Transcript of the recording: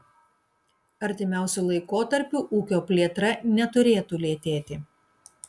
artimiausiu laikotarpiu ūkio plėtra neturėtų lėtėti